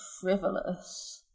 frivolous